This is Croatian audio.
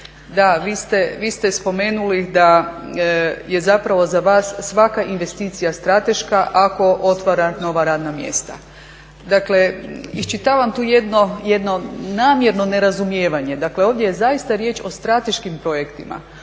da vi ste spomenuli da je zapravo za vas svaka investicija strateška ako otvara nova radna mjesta. Iščitavam tu jedno namjerno nerazumijevanje, dakle ovdje je zaista riječ o strateškim projektima,